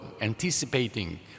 anticipating